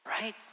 right